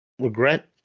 Regret